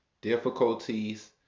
difficulties